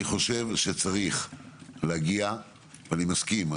אני מסכים,